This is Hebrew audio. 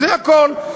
זה הכול.